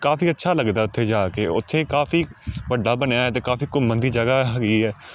ਕਾਫੀ ਅੱਛਾ ਲੱਗਦਾ ਉਥੇ ਜਾ ਕੇ ਉੱਥੇ ਕਾਫੀ ਵੱਡਾ ਬਣਿਆ ਅਤੇ ਕਾਫ਼ੀ ਘੁੰਮਣ ਦੀ ਜਗ੍ਹਾ ਹੈਗੀ ਹੈ